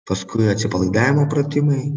paskui atsipalaidavimo pratimai